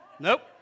Nope